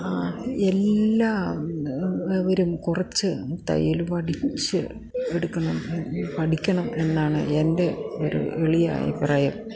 എല്ലാവരും കുറച്ച് തയ്യൽ പഠിച്ച് എടുക്കണം പഠിക്കണം എന്നാണ് എൻ്റെ ഒരു എളിയ അഭിപ്രായം